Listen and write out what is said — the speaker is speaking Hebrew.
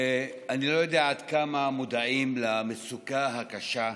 אני לא יודע עד כמה מודעים למצוקה הקשה,